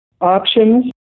options